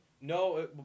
No